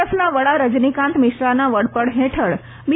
એફના વડા રજનીકાંત મિશ્રાના વડપણ હેઠળ બી